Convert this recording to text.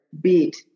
Beat